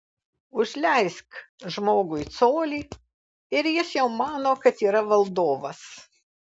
užleisk žmogui colį ir jis jau mano kad yra valdovas